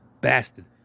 Bastard